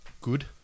good